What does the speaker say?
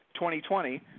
2020